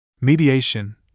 Mediation